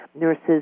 nurses